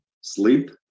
Sleep